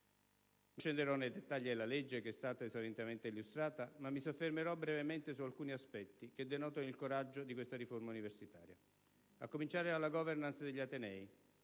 Non scenderò nei dettagli della legge, che è stata già esaurientemente illustrata, ma mi soffermerò brevemente su alcuni aspetti che denotano il coraggio di questa riforma universitaria. A cominciare dalla *governance* degli atenei,